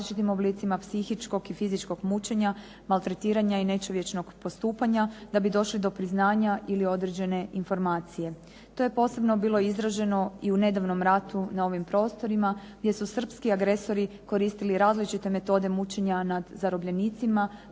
različitim oblicima fizičkog i psihičkog mučenja, maltretiranja i nečovječnog postupanja da bi došli do priznanja ili do određene informacije. To je posebno bilo izraženo i u nedavno ratu na ovim prostorima, gdje su srpski agresori koristili različite metode množenja nad zarobljenicima,